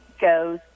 goes